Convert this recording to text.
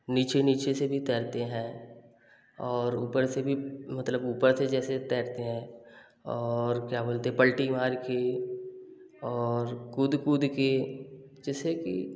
नीचे नीचे से भी तैरते हैं और ऊपर से भी मतलब ऊपर से जैसे तैरते हैं और क्या बोलते हैं पलटी मार के और कूद कूद के जैसे कि